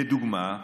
לדוגמה,